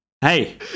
hey